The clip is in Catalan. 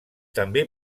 també